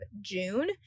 June